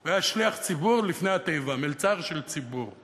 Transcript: הוא היה שליח ציבור לפני התיבה, מלצר של ציבור.